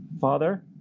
father